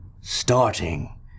Starting